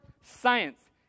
science